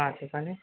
చెప్పండి